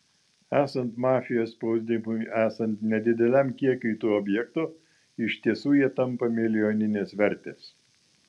esant mafijos spaudimui esant nedideliam kiekiui tų objektų iš tiesų jie tampa milijoninės vertės